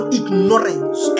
ignorance